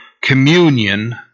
communion